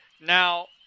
now